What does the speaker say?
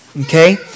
Okay